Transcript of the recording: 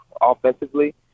offensively